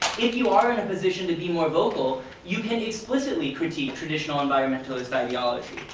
if you are in a position to be more vocal, you can explicitly critique traditional environmentalist ideology.